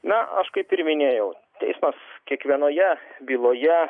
na aš kaip ir minėjau teismas kiekvienoje byloje